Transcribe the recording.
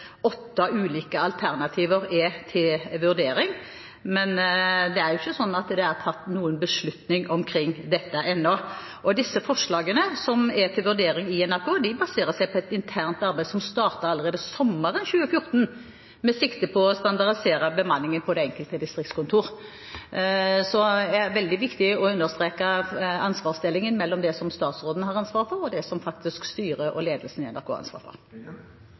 åtte ulike alternativer er til vurdering, men det er ikke slik at det er tatt noen beslutning om dette ennå. Disse forslagene, som er til vurdering i NRK, baserer seg på et internt arbeid som startet allerede sommeren 2014 med sikte på å standardisere bemanningen på det enkelte distriktskontor. Det er veldig viktig å understreke ansvarsdelingen mellom det statsråden har ansvaret for, og det som styret og ledelsen i NRK har ansvaret for.